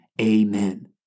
amen